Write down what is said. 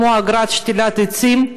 כמו אגרת שתילת עצים,